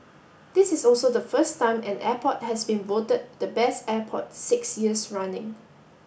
this is also the first time an airport has been voted the Best Airport six years running